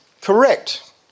correct